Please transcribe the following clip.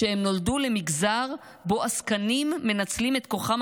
הם נולדו למגזר שבו עסקנים מנצלים את כוחם